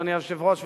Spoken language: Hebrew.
אדוני היושב-ראש,